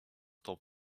temps